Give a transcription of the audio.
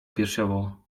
piersiową